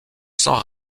sans